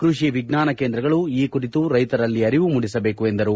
ಕೃಷಿ ವಿಜ್ಞಾನ ಕೇಂದ್ರಗಳು ಈ ಕುರಿತು ರೈತರಲ್ಲಿ ಅರಿವು ಮೂಡಿಸಬೇಕು ಎಂದರು